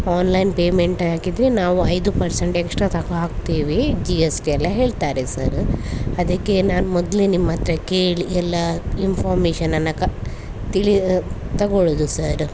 online payment ಹಾಕಿದರೆ ನಾವು ಐದು ಪರ್ಸೆಂಟ್ ಎಕ್ಸ್ಟ್ರಾ ತಕಾ ಹಾಕ್ತೀವಿ ಜಿ ಎಸ್ ಟಿ ಎಲ್ಲ ಹೇಳ್ತಾರೆ ಸರ ಅದಕ್ಕೆ ನಾನು ಮೊದಲೆ ನಿಮ್ಮ ಹತ್ರ ಕೇಳಿ ಎಲ್ಲ ಇನ್ಫಾಮೇಷನನ್ನು ಕ ತಿಳಿಯ ತಗೊಳ್ಳೋದು ಸರ